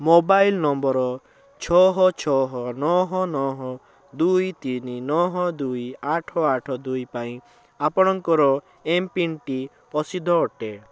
mobile number ଛଅ ଛଅ ନଅ ନଅ ଦୁଇ ତିନି ନଅ ଦୁଇ ଆଠ ଆଠ ଦୁଇ ପାଇଁ ଆପଣଙ୍କର ଏମ୍ପିନ୍ଟି ଅସିଦ୍ଧ ଅଟେ